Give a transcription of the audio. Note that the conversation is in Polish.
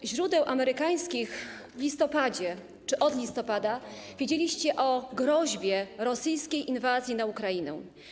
Ze źródeł amerykańskich w listopadzie czy od listopada wiedzieliście o groźbie rosyjskiej inwazji na Ukrainę.